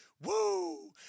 Woo